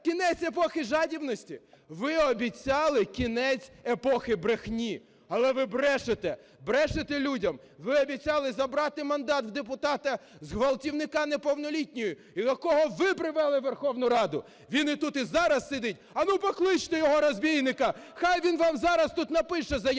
кінець епохи жадібності? Ви обіцяли кінець епохи брехні. Але ви брешете, брешете людям. Ви обіцяли забрати мандат у депутата ґвалтівника неповнолітньої, якого ви привели у Верховну Раду. Він і тут зараз сидить. А ну, покличте його розбійника, хай він вам зараз тут напише заяву